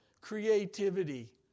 creativity